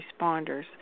responders